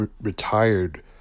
retired